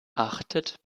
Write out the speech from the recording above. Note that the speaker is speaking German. achtet